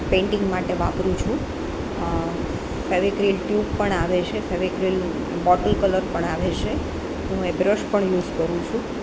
painting માટે વાપરું છું ફેવિક્રિલ ટ્યુબ પણ આવે છે ફેવિક્રિલ બોટલ કલર પણ આવે છે હું એ બ્રશ પણ યુઝ કરું છું